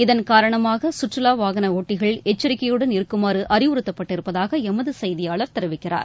இதன் காரணமாக கற்றுலா வாகன ஓட்டிகள் எச்சரிக்கையுடன் இருக்குமாறு அறிவுறுத்தப்பட்டிருப்பதாக எமது செய்தியாளர் தெரிவிக்கிறார்